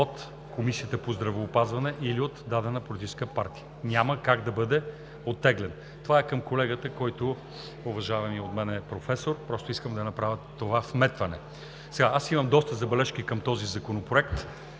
от Комисията по здравеопазване или от дадена политическа партия. Няма как да бъде оттеглен! Това е към колегата – уважавания от мен професор, просто искам да направя това вметване. Имам доста забележки към този законопроект.